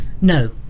no